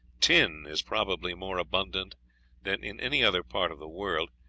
tin is probably more abundant than in any other part of the world,